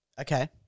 Okay